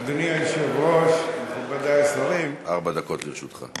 אדוני היושב-ראש, מכובדי השרים, ארבע דקות לרשותך.